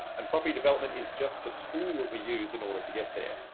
and property development is just the tool that we use in order to get there.